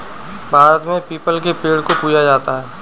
भारत में पीपल के पेड़ को पूजा जाता है